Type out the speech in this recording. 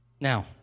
Now